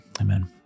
Amen